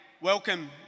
welcome